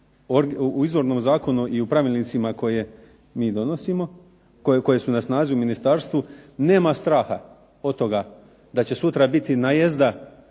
u izvornom zakonu i u pravilnicima koje mi donosimo, koje su na snazi u ministarstvu, nema straha od toga da će sutra biti najezda